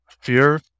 Fear